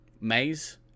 maze